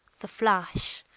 the flash,